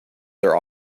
their